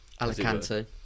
Alicante